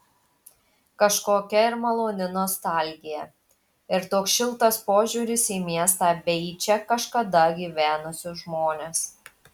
kažkokia ir maloni nostalgija ir toks šiltas požiūris į miestą bei į čia kažkada gyvenusius žmones